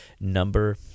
Number